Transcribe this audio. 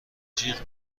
جیغ